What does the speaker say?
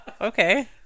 Okay